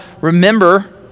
remember